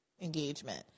engagement